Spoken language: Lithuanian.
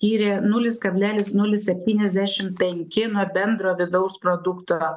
skyrė nulis kablelis nulis septyniasdešim penki nuo bendro vidaus produkto